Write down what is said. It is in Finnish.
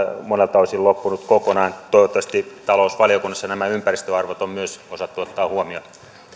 monelta osin loppunut kokonaan toivottavasti talousvaliokunnassa nämä ympäristöarvot on myös osattu ottaa huomioon